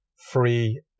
free